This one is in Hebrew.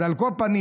אז על כל פנים,